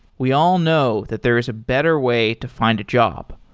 we all know that there is a better way to find a job.